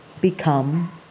become